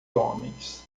homens